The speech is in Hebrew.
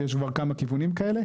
ויש כבר כמה כיוונים כאלה.